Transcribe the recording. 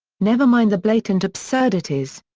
never mind the blatant absurdities.